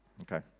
Okay